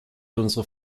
unsere